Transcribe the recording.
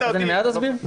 אני מיד אסביר.